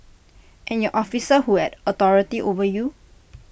and your officer who had authority over you